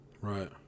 Right